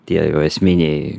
tie jau esminiai